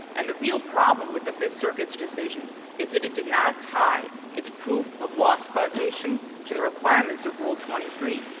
and the real problem with the fifth circuit's decision is that it did not tie its proof of loss causation to the requirements of rule twenty three.